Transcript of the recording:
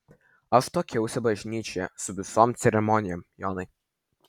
aš tuokiausi bažnyčioje su visom ceremonijom jonai